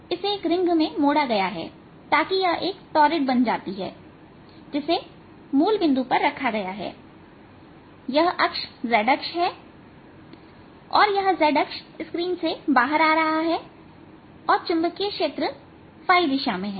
इसे एक रिंग में मोडा गया है ताकि यह एक टॉरिड बन जाती है जिसे मूल बिंदु पर रखा गया है और यह अक्ष z अक्ष है यह z अक्ष स्क्रीन से बाहर आ रहा है और चुंबकीय क्षेत्र दिशा में है